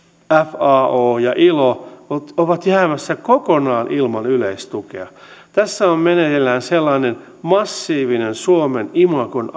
fao ja ilo ovat jäämässä kokonaan ilman yleistukea tässä on meneillään sellainen massiivinen suomen imagon